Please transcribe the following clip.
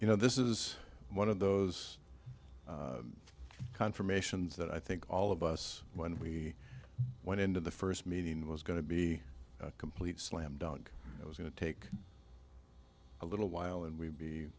you know this is one of those confirmations that i think all of us when we went into the first meeting was going to be a complete slam dunk it was going to take a little while and we